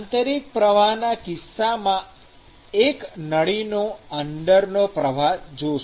આંતરિક પ્રવાહના કિસ્સામાં એક નળીની અંદરનો પ્રવાહ જોશું